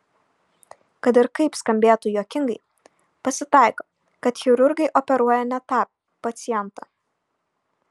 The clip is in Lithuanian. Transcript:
kad ir kaip skambėtų juokingai pasitaiko kad chirurgai operuoja ne tą pacientą